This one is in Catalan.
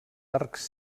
arcs